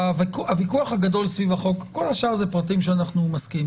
הוויכוח הגדול סביב החוק כל השאר זה פרטים שאנו מסכימים